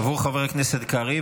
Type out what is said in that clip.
עבור חבר הכנסת קריב,